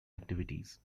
activities